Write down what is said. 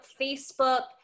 facebook